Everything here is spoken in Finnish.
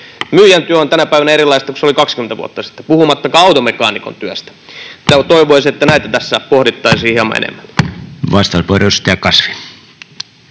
Myyjän työ on tänä päivänä erilaista kuin se oli 20 vuotta sitten, puhumattakaan automekaanikon työstä. Toivoisi, että näitä tässä pohdittaisiin hieman enemmän.